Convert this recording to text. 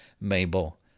Mabel